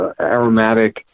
aromatic